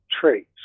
traits